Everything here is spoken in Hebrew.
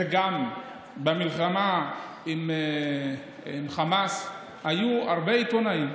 וגם במלחמה עם חמאס, היו הרבה עיתונים,